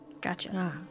Gotcha